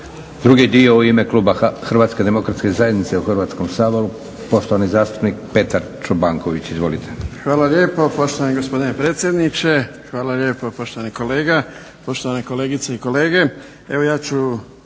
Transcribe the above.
Drugi dio u ime kluba Hrvatske demokratske zajednice u Hrvatskom saboru poštovani zastupnik Petar Čobanković. Izvolite. **Čobanković, Petar (HDZ)** Hvala lijepo poštovani gospodine predsjedniče, hvala lijepo poštovani kolega, poštovane kolegice i kolege.